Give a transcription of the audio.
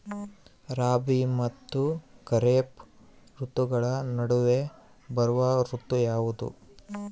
ರಾಬಿ ಮತ್ತು ಖಾರೇಫ್ ಋತುಗಳ ನಡುವೆ ಬರುವ ಋತು ಯಾವುದು?